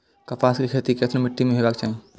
कपास के खेती केसन मीट्टी में हेबाक चाही?